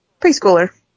Preschooler